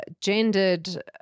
gendered